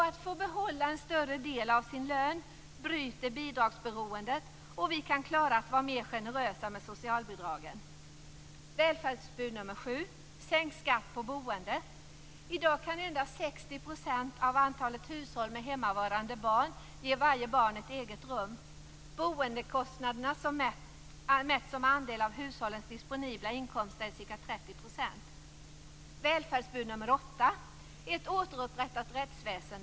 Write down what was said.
Att få behålla en större del av sin lön bryter bidragsberoendet och vi kan klara att vara mer generösa med socialbidragen. dag kan endast 60 % av antalet hushåll med hemmavarande barn ge varje barn ett eget rum. Boendekostnaderna mätt som andel av hushållens disponibla inkomster är ca 30 %. Välfärdsbud nummer åtta: ett återupprättat rättsväsende.